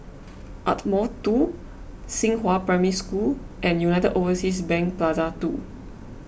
Ardmore two Xinghua Primary School and United Overseas Bank Plaza two